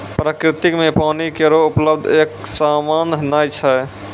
प्रकृति म पानी केरो उपलब्धता एकसमान नै छै